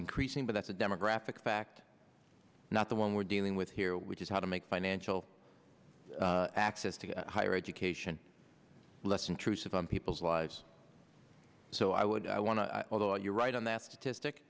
increasing but that's a demographic fact not the one we're dealing with here which is how to make financial access to higher education less intrusive on people's lives so i would i want to although you're right on that statistic